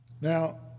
Now